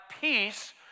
peace